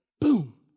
Boom